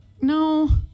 no